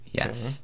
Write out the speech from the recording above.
Yes